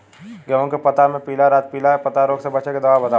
गेहूँ के पता मे पिला रातपिला पतारोग से बचें के दवा बतावल जाव?